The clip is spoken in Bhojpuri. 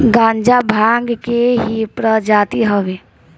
गांजा भांग के ही प्रजाति हवे